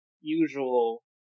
usual